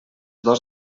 dos